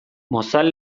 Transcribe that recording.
mozal